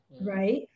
Right